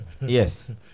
Yes